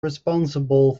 responsible